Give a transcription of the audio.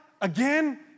again